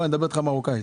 אני אדבר איתך במרוקאית.